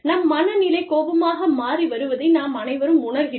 நம் மனநிலை கோபமாக மாறி வருவதை நாம் அனைவரும் உணர்கிறோம்